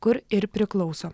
kur ir priklauso